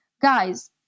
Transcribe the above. guys